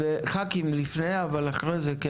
חברי כנסת לפני כן, אחרי זה.